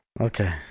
Okay